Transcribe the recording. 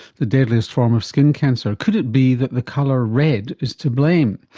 the deadliest form of skin cancer? could it be that the colour red is to blame?